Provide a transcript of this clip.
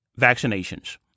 vaccinations